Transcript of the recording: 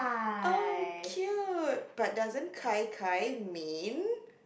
oh cute but doesn't kai kai mean